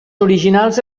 originals